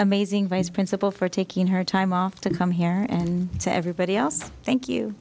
amazing vice principal for taking her time often come here and to everybody else thank you